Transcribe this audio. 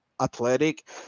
athletic